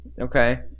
Okay